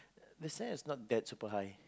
the standard is not that super high